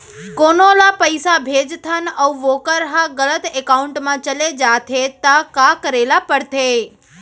कोनो ला पइसा भेजथन अऊ वोकर ह गलत एकाउंट में चले जथे त का करे ला पड़थे?